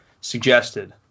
suggested